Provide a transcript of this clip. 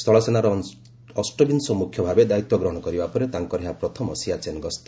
ସ୍ଥଳସେନାର ଅଷ୍ଟବିଂଶ ମୁଖ୍ୟ ଭାବେ ଦାୟିତ୍ୱଗ୍ରହଣ କରିବା ପରେ ତାଙ୍କର ଏହା ପ୍ରଥମ ସିଆଚେନ୍ ଗସ୍ତ